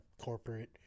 corporate